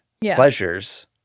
pleasures